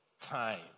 time